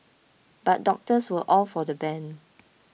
but doctors were all for the ban